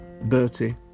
Bertie